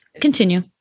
Continue